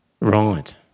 Right